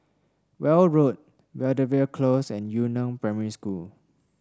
Weld Road Belvedere Close and Yu Neng Primary School